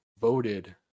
voted